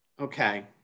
Okay